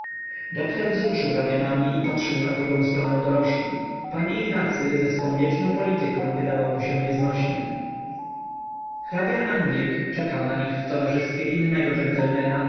doktor wzruszył ramionami i patrzył na drugą stronę dorożki pan ignacy ze swoją wieczną polityką wydawał mu się nieznośnym hrabia-anglik czekał na nich w towarzystwie innego